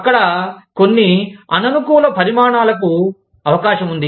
అక్కడ కొన్ని అననుకూల పరిణామాలకు అవకాశం ఉంది